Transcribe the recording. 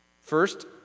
First